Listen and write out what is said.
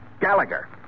Gallagher